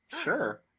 Sure